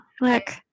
Look